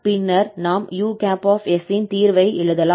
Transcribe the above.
பின்னர் நாம் us ன் தீர்வை எழுதலாம்